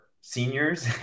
seniors